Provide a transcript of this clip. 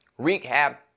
Recap